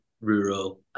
rural